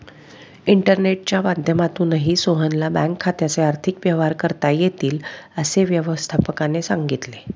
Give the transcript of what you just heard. इंटरनेटच्या माध्यमातूनही सोहनला बँक खात्याचे आर्थिक व्यवहार करता येतील, असं व्यवस्थापकाने सांगितले